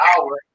hour